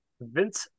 Vince